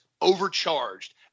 overcharged